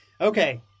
okay